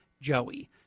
Joey